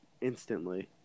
instantly